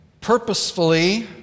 Purposefully